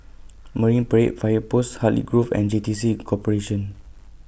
Marine Parade Fire Post Hartley Grove and J T C Corporation